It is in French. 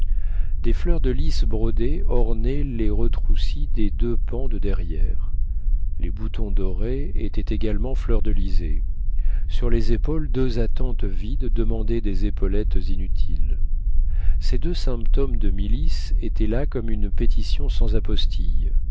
des fleurs de lis brodées ornaient les retroussis des deux pans de derrière les boutons dorés étaient également fleurdelisés sur les épaules deux attentes vides demandaient des épaulettes inutiles ces deux symptômes de milice étaient là comme une pétition sans apostille